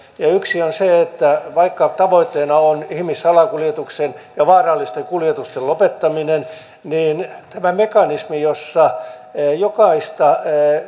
ja yksi on se että vaikka tavoitteena on ihmissalakuljetuksen ja vaarallisten kuljetusten lopettaminen tämä mekanismi jossa jokaista